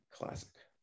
Classic